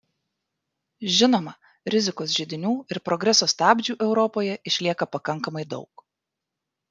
žinoma rizikos židinių ir progreso stabdžių europoje išlieka pakankamai daug